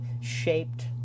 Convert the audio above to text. shaped